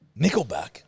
Nickelback